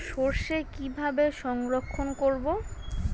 সরষে কিভাবে সংরক্ষণ করব?